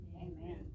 Amen